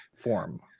form